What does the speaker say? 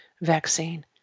vaccine